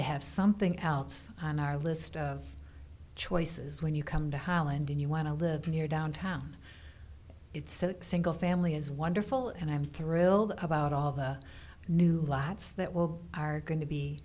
to have something else on our list of choices when you come to holland and you want to live near downtown it's a single family is wonderful and i'm thrilled about all the new lights that will are going to be